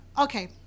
okay